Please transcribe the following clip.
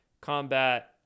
Combat